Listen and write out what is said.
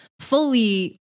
fully